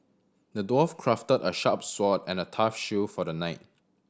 the dwarf crafted a sharp sword and a tough shield for the knight